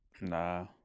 Nah